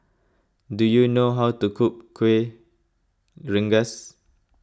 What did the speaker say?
do you know how to cook Kueh Rengas